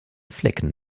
flecken